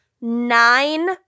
nine